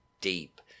deep